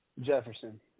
Jefferson